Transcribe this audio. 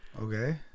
Okay